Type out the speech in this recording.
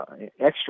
extra